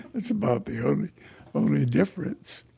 that's about the um only difference.